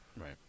Right